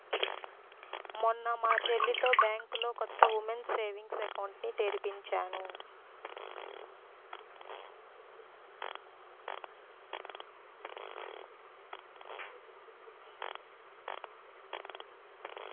మొన్న మా చెల్లితో బ్యాంకులో కొత్త ఉమెన్స్ సేవింగ్స్ అకౌంట్ ని తెరిపించాను